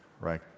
right